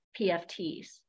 PFTs